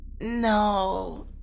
no